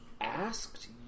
asked